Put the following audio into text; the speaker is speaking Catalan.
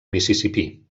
mississipí